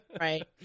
Right